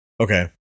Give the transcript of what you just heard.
Okay